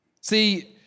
See